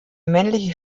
männliche